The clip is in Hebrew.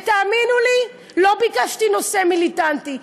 ותאמינו לי, לא ביקשתי נושא מיליטנטי.